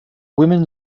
women